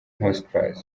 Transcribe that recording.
hotspur